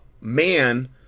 man